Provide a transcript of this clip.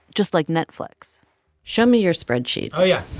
just like netflix show me your spreadsheet oh, yeah.